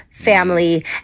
family